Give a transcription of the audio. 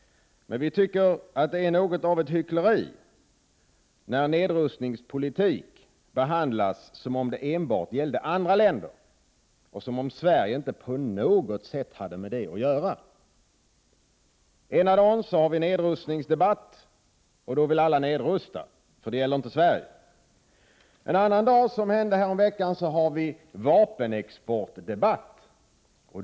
Men vi tycker att det är något av ett hyckleri när nedrustningspolitik behandlas som om det enbart gällde andra länder och som om Sverige inte på något sätt hade med det att göra. Ena dagen har vi nedrustningsdebatt. Då vill alla nedrusta, för det gäller inte Sverige. En annan dag, som häromveckan, har vi vapenexportdebatt.